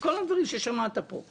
על כל הדברים ששמעת פה.